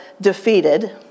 defeated